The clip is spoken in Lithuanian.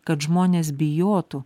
kad žmonės bijotų